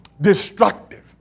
destructive